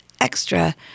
extra